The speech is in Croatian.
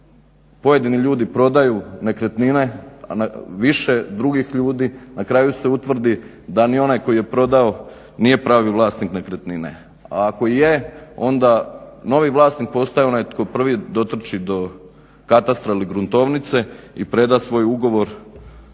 pojedini ljudi prodaju nekretnine više od drugih ljudi, a na kraju se utvrdi da ni onaj koji je prodao nije pravi vlasnik nekretnine. A ako je onda novi vlasnik postaje onaj tko prvi dotrči do katastra ili gruntovnice i preda svoj ugovor da je